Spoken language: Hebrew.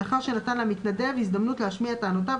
לאחר שנתן למתנדב הזדמנות להשמיע טענותיו,